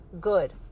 good